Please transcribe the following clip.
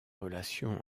relations